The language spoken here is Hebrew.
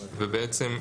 ובעצם,